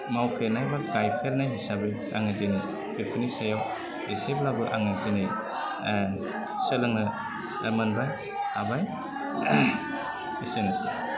मावफेरनाय बा गायफेरनाय हिसाबै आङो दिनै बेफोरनि सायाव एसेब्लाबो आं दिनै सोलोंनो मोनबाय हाबाय एसेनोसै